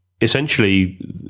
essentially